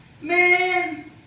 Man